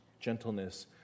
gentleness